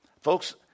Folks